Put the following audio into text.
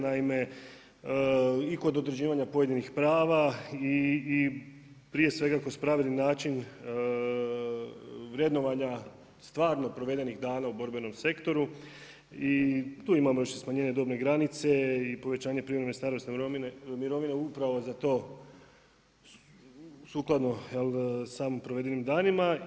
Naime, i kod određivanje pojedinih prava i prije svega kroz pravedni način vrednovanja, stvarno provedenih dana u borbenom sektoru i tu još imamo smanjenje i dobne granice i povećanje privremene starosne mirovine, upravo za to sukladno samom provedenim danima.